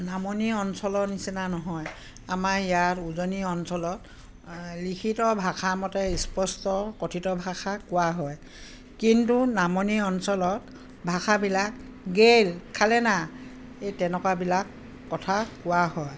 নামনি অঞ্চলৰ নিচিনা নহয় আমাৰ ইয়াৰ উজনি অঞ্চলত লিখিত ভাষামতে স্পষ্ট কথিত ভাষা কোৱা হয় কিন্তু নামনি অঞ্চলত ভাষাবিলাক গেল খালে না এই তেনেকুৱাবিলাক কথা কোৱা হয়